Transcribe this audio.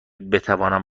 بتوانم